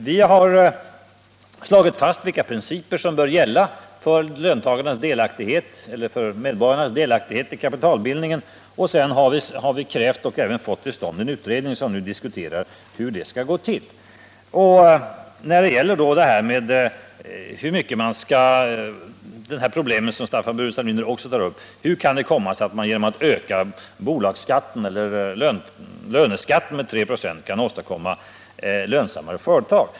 Vi har slagit fast vilka principer som bör gälla för medborgarnas delaktighet i kapitalbildningen, och sedan har vi krävt och även fått till stånd en utredning som nu diskuterar hur det skall gå till. Staffan Burenstam Linder tar också upp frågan om hur det kan komma sig att man genom att öka löneskatten med 3 96 kan åstadkomma lönsammare företag.